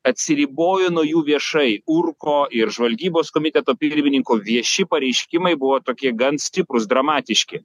atsiribojo nuo jų viešai urko ir žvalgybos komiteto pirmininko vieši pareiškimai buvo tokie gan stiprūs dramatiški